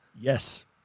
Yes